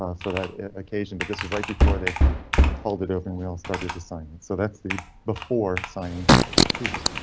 um for that occasion, but this is right before they hold it over and we all started to sign it. so that's the before signing peace,